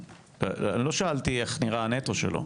לא שאלתי איך נראה הנטו שלו.